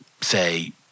say